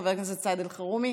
חבר הכנסת סעיד אלחרומי